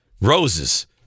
Roses